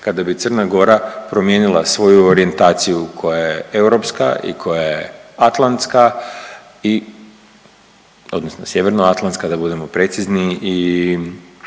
kada bi Crna Gora promijenila svoju orijentaciju koja je europska i koja je atlantska, odnosno sjeverno-atlantska da budemo precizni